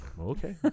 Okay